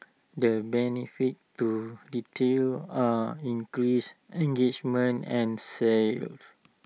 the benefits to retailers are increased engagement and sales